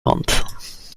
month